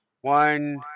one